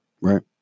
Right